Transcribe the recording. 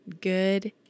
Good